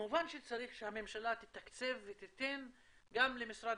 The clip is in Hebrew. וכמובן שצריך שהממשלה תתקצב ותיתן גם למשרד